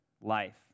life